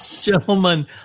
gentlemen